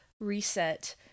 reset